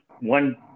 one